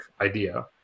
idea